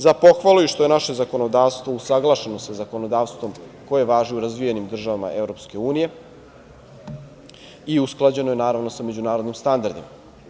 Za pohvalu je i što je naše zakonodavstvo usaglašeno sa zakonodavstvom koje važi u razvijenim državama Evropske unije i usklađeno je sa međunarodnim standardima.